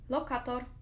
Lokator